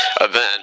event